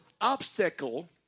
obstacle